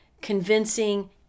convincing